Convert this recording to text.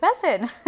person